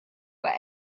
were